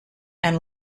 and